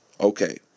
okay